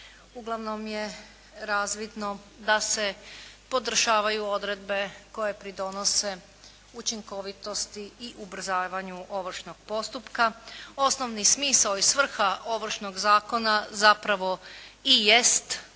uglavnom je razvidno da se podržavaju odredbe koje pridonose učinkovitosti i ubrzavanju ovršnog postupka. Osnovni smisao i svrha Ovršnog zakona zapravo i jest